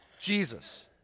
Jesus